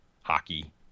hockey